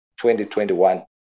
2021